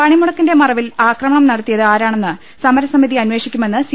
പണിമുടക്കിന്റെ മറവിൽ ആക്രമണം നടത്തിയത് ആരാണെന്ന് സമര സമിതി അന്വേഷിക്കുമെന്ന് സി